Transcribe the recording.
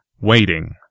waiting